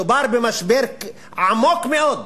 מדובר במשבר עמוק מאוד,